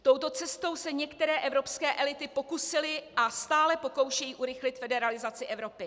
Touto cestou se některé evropské elity pokusily a stále pokoušejí urychlit federalizaci Evropy.